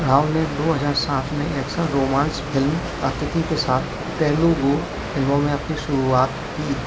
राव ने दो हज़ार सात में एक्सन रोमांस फ़िल्म अतिधि के साथ तेलुगु फ़िल्मों में अपनी शुरुआत की